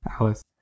Alice